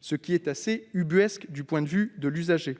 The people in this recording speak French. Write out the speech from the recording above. ce qui est assez ubuesque du point de vue de l'usager.